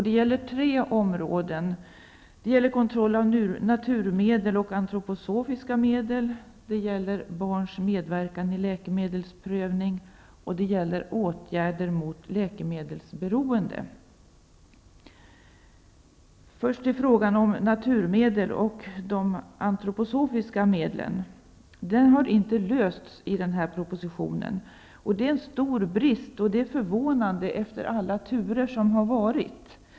Det gäller tre områden: kontroll av naturmedel och antroposofiska medel, barns medverkan vid läkemedelsprövning och åtgärder mot läkemedelsberoende. Frågan om naturmedel och de antroposofiska medlen har inte lösts i propositionen. Det är en stor brist, och det är förvånande, efter alla turer som har varit.